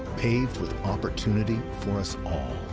paved with opportunity for us all.